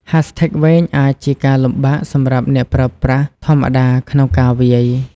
hashtag វែងអាចជាការលំបាកសម្រាប់អ្នកប្រើប្រាស់ធម្មតាក្នុងការវាយ។